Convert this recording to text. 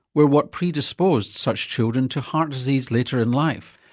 were what predisposed such children to heart disease later in life.